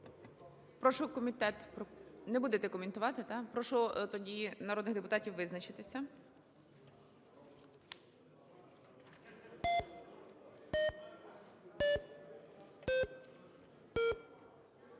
Прошу, комітет, не будете коментувати, так? Прошу тоді народних депутатів визначитися.